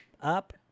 up